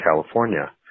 California